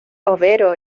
overo